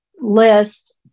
list